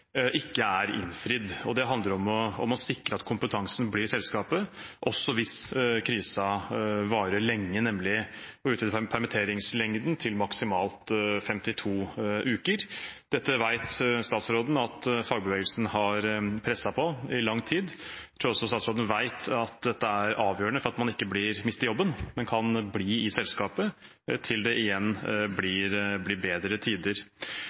ikke er innfridd, og det handler om å sikre at kompetansen blir i selskapet, også hvis krisen varer lenge, nemlig å utvide permitteringslengden til maksimalt 52 uker. Dette vet statsråden at fagbevegelsen har presset på i lang tid. Jeg tror også statsråden vet at dette er avgjørende for at man ikke mister jobben, men kan bli i selskapet til det igjen blir bedre tider.